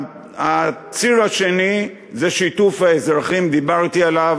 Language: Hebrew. הציר השני זה שיתוף האזרחים, ודיברתי עליו.